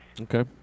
Okay